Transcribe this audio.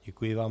Děkuji vám.